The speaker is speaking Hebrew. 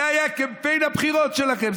זה היה קמפיין הבחירות שלכם,